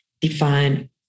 define